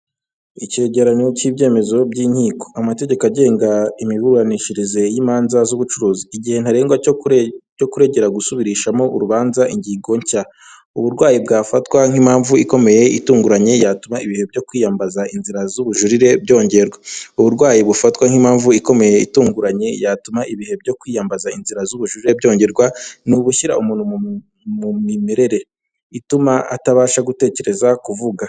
Icyegeranyo cy'ibyemezo by'inkiko, amategeko agenga imiburanishirize y'imanza z'ubucuruzi, igihe ntarengwa cyo kurengera gusubirishamo urubanza ingingo nshya, uburwayi bwafatwa nk'impamvu ikomeye itunguranye yatuma ibihe byo kwiyambaza inzira z'ubujurire byongerwa, uburwayi bufatwa nk'impamvu ikomeye itunguranye yatuma ibihe byo kwiyambaza inzira z'ubujurire byongerwa ni ugushyira umuntu mu mimerere ituma atabasha gutekereza kuvuga.